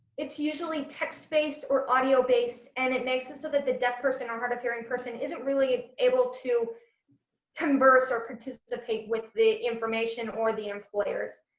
it's usually text based or audio based and it makes it so that the deaf person or hard-of-hearing person isn't really able to converse or participate with the information or the employers.